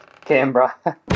Canberra